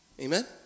Amen